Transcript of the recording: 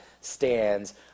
stands